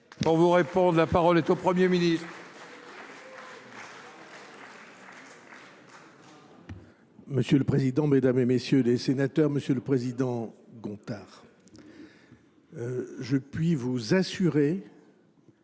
Monsieur le Président, Mesdames et Messieurs les Sénateurs, Monsieur le Président Gontard. je puis vous assurer que